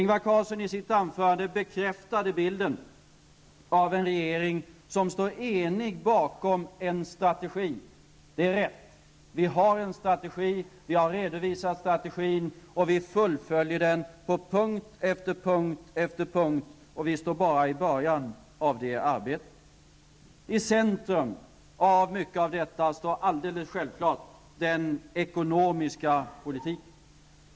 Ingvar Carlsson bekräftade i sitt anförande bilden av en regering som står enig bakom en strategi. Det är rätt. Vi har en strategi. Vi har redovisat strategin, och vi fullföljer den på punkt efter punkt. Vi står bara i början av det arbetet. Den ekonomiska politiken står självfallet i centrum för mycket av detta.